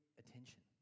attention